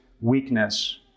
weakness